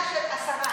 השרה,